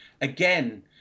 again